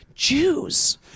Jews